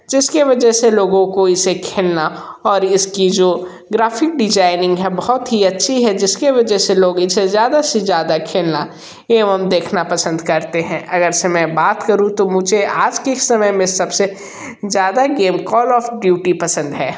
जिस की वजह से लोगों को इसे खेलना और इसकी जो ग्राफिक डिजाइनिंग है बहुत ही अच्छी है जिस की वजह से लोग इसे ज़्यादा से ज़्यादा खेलना एवं देखना पसंद करते हैं अगर से मैं बात करूँ तो मुझे आज के समय में सब से ज़्यादा गेम कॉल ऑफ ड्यूटी पसंद है